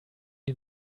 die